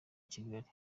kigali